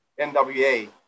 NWA